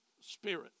spirit